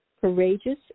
courageous